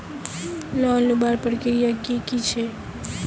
Loan लुबार प्रक्रिया की की छे?